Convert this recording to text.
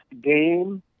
game